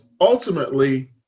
ultimately